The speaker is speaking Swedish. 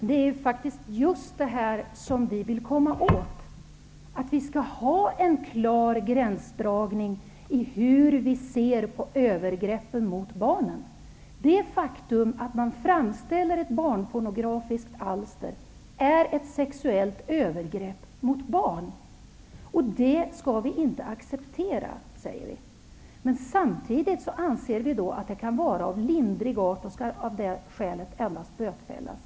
Herr talman! Det är just detta som vi vill komma åt. Vi vill ha en klar gränsdragning när det gäller hur vi ser på övergrepp mot barn. Det faktum att man framställer ett barnpornografiskt alster är ett sexuellt övergrepp på barn. Det skall inte accepteras. Samtidigt kan brottet anses vara av lindrig art, och av det skälet skall man endast bötfällas.